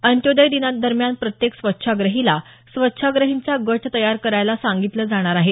अंत्योदय दिनादरम्यान प्रत्येक स्वच्छाग्रहीला स्वच्छाग्रहींचा गट तयार करायला सांगितलं जाणार आहे